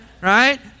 right